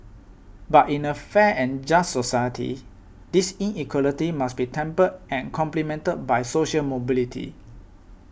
but in a fair and just society this inequality must be tempered and complemented by social mobility